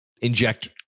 Inject